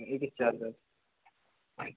أکِس چَرکَس